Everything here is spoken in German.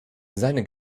seine